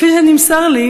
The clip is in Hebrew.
כפי שנמסר לי,